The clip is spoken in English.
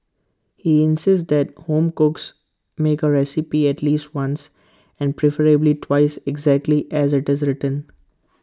he insists that home cooks make A recipe at least once and preferably twice exactly as IT is written